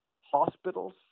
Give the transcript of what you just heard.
hospitals